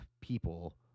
people